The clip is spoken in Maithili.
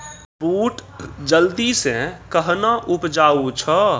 बूट जल्दी से कहना उपजाऊ छ?